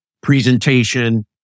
presentation